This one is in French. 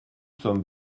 sommes